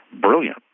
brilliant